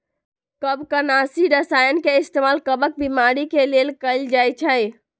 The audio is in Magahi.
कवकनाशी रसायन के इस्तेमाल कवक बीमारी के लेल कएल जाई छई